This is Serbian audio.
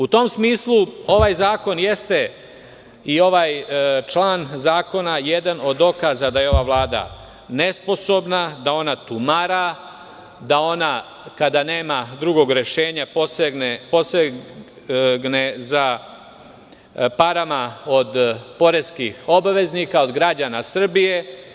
U tom smislu, ovaj zakon i ovaj član zakona jeste jedan od dokaza da je ova vlada nesposobna, da ona tumara, da kada nema drugog rešenja posegne za parama od poreskih obveznika, odnosno od građana Srbije.